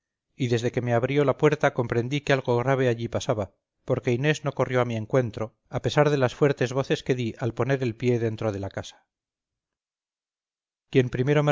y desde que me abrió la puerta comprendí que algo grave allí pasaba porque inés no corrió a mi encuentro a pesar de las fuertes voces que di al poner el pie dentro de la casa quien primero